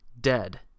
dead